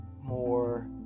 more